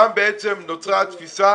שם בעצם נוצרה התפיסה